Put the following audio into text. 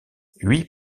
huit